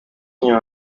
inyuma